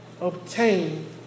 obtain